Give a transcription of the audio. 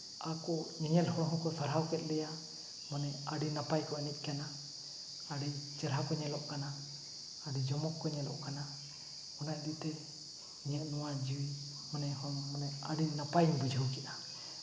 ᱟᱠᱚ ᱧᱮᱧᱮᱞ ᱦᱚᱲ ᱦᱚᱸᱠᱚ ᱥᱟᱨᱦᱟᱣ ᱠᱮᱫ ᱞᱮᱭᱟ ᱢᱟᱱᱮ ᱟᱹᱰᱤ ᱱᱟᱯᱟᱭ ᱠᱚ ᱮᱱᱮᱡ ᱠᱟᱱᱟ ᱟᱹᱰᱤ ᱪᱮᱦᱨᱟ ᱠᱚ ᱧᱮᱞᱚᱜ ᱠᱟᱱᱟ ᱟᱹᱰᱤ ᱡᱚᱢᱚᱠ ᱠᱚ ᱧᱮᱞᱚᱜ ᱠᱟᱱᱟ ᱚᱱᱟ ᱤᱫᱤᱛᱮ ᱤᱧᱟᱹᱜ ᱱᱚᱣᱟ ᱡᱤᱣᱤ ᱢᱚᱱᱮ ᱦᱚᱸ ᱢᱚᱱᱮ ᱟᱹᱰᱤ ᱱᱟᱯᱟᱭᱤᱧ ᱵᱩᱡᱷᱟᱹᱣ ᱠᱮᱜᱼᱟ